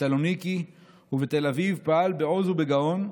בסלוניקי ובתל אביב פעל בעוז ובגאון,